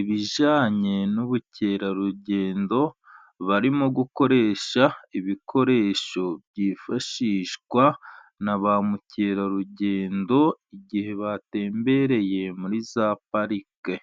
ibijyanye n'ubukerarugendo, barimo gukoresha, ibikoresho byifashishwa na ba mukerarugendo, igihe batembereye muri za parike.